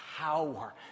power